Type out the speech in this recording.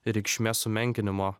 reikšmės sumenkinimo